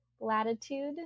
latitude